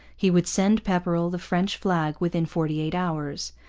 he would send pepperrell the french flag within forty-eight hours.